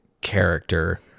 character